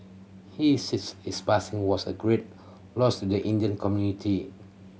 he says his passing was a great loss to the Indian community